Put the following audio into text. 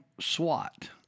SWAT